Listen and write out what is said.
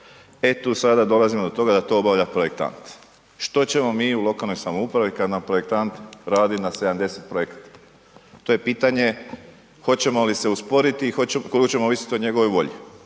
E tu sada dolazimo do toga da to obavlja projektant. Što ćemo mi u lokalnoj samoupravi kad nam projektant radi na 70 projekata? To je pitanje hoćemo li se usporiti i koliko ćemo ovisiti o njegovoj volji